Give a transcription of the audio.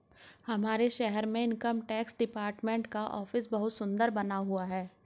हमारे शहर में इनकम टैक्स डिपार्टमेंट का ऑफिस बहुत सुन्दर बना हुआ है